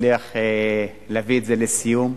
הצליח להביא את זה לסיום.